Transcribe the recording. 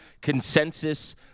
consensus